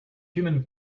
human